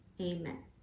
Amen